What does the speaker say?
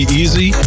easy